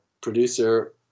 producer